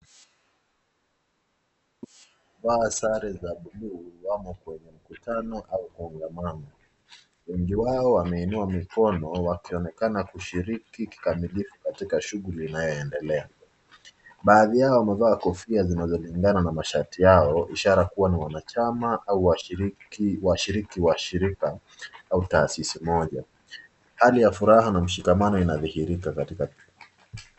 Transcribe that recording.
Walio vaa sare ya blue wanaonekana wakiwa kwa mkutano. Wengi wao wameinua mikono wakionekana kushikiriki kikamilifu katika shughuli inayoendelea. Baadhi yao wamevaa kofia ambayo inaambatana na mashati yao. Inaonekana kuwa ni wanachama ama wasgiriki wa shirika au taasisi moja. Hali ya furaha na mshikamano inadhihirika katika mkutano huu.